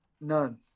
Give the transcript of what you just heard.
None